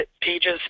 pages